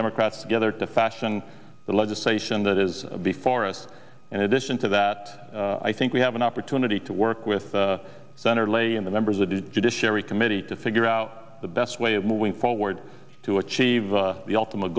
democrats together to fashion the legislation that is before us and addition to that i think we have an opportunity to work with the center lay in the members of the judiciary committee to figure out the best way of moving forward to achieve the ultimate